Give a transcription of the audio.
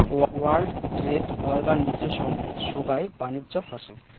world trade অর্গানিজশনে সোগাই বাণিজ্য হসে